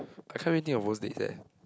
I can't really think of worst dates eh